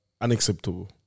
unacceptable